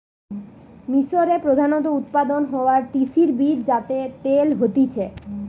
মিশরে প্রধানত উৎপাদন হওয়া তিসির বীজ যাতে তেল হতিছে